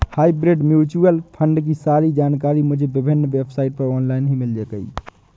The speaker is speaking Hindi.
हाइब्रिड म्यूच्यूअल फण्ड की सारी जानकारी मुझे विभिन्न वेबसाइट पर ऑनलाइन ही मिल गयी